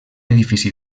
edifici